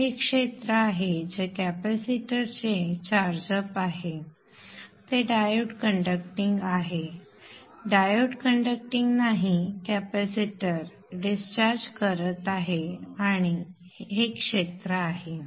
तर हे क्षेत्र आहे जे कॅपेसिटरचे चार्ज अप आहे ते डायोड कण्डक्टींग आहे डायोड कण्डक्टींग नाही कॅपेसिटर डिस्चार्ज करत आहे आणि क्षेत्र हे आहे